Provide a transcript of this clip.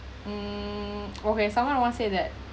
um okay someone once say that